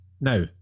Now